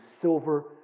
silver